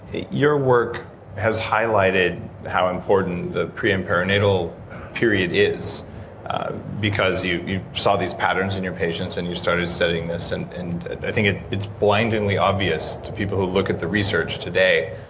your work has highlighted how important the pre and perinatal period is because you you saw these patterns in your patients and you started studying this. and and i think it's blindingly obvious to people who look at the research today,